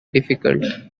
difficult